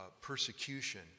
persecution